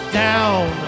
down